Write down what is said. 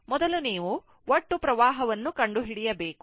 ಮೊದಲು ನೀವು ಒಟ್ಟು ವಿದ್ಯುತ್ ಪ್ರವಾಹವನ್ನು ಕಂಡುಹಿಡಿಯಬೇಕು